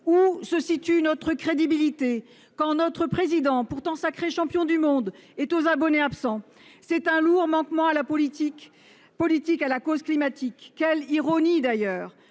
Où se situe notre crédibilité quand notre président, pourtant sacré champion du monde, est aux abonnés absents ? C'est un lourd manquement politique à la cause climatique. Quelle ironie, d'ailleurs,